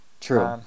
True